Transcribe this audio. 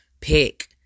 pick